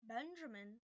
Benjamin